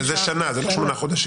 שזה שנה, לא שמונה חודשים.